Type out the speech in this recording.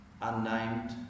unnamed